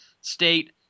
State